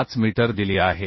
5 metre दिली आहे